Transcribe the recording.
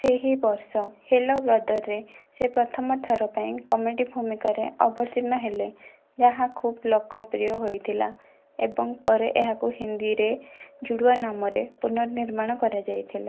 ସେହି ବର୍ଷ ହେଲୋ ବ୍ରଦରରେ ସେ ପ୍ରଥମଥର ପାଇଁ କମେଡ଼ି ଭୂମିକାରେ ଅବତୀର୍ଣ୍ଣ ହେଲେ ଯାହା ଖୁବ୍ ଲୋକପ୍ରିୟ ହୋଇଥିଲା ଏବଂ ପରେ ଏହାକୁ ହିନ୍ଦୀରେ ଜୁଡ଼ୱା ନାମରେ ପୁନର୍ନିର୍ମାଣ କରାଯାଇଥିଲା